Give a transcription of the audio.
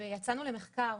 ויצאנו למחקר.